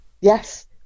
Yes